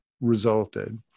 resulted